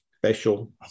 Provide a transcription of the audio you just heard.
special